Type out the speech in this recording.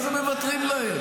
מה זה מוותרים להם?